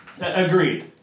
Agreed